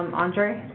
um andre